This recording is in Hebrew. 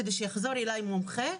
כדי שיחזור אליי מומחה.